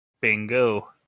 Bingo